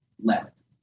left